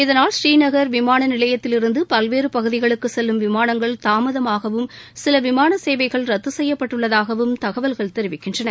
இதனால் ஸ்ரீநகர் விமான நிலையத்திலிருந்து பல்வேறு பகுதிகளுக்கு செல்லும் விமானங்கள் தாமதமாகவும் சில விமான சேவைகள் ரத்து செய்யப்பட்டுள்ளதாகவும் தகவல்கள் தெரிவிக்கின்றன